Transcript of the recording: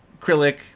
acrylic